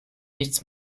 nichts